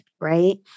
right